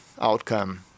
outcome